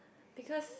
because